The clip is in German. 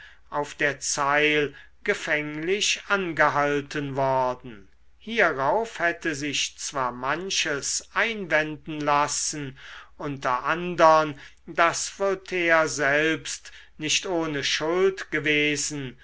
auf der zeil gefänglich angehalten worden hierauf hätte sich zwar manches einwenden lassen unter andern daß voltaire selbst nicht ohne schuld gewesen